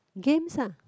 games ah